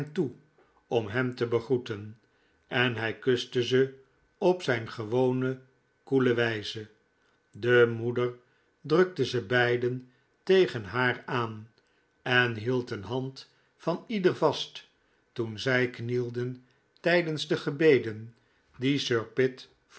toe om hem te begroeten en hij kuste ze op zijn gewone koele wijze de moeder drukte ze beiden tegen haar aan en hield een hand van ieder vast toen zij knielden tijdens de gebeden die sir pitt